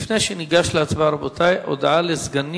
אם כן, רבותי, הצבעה.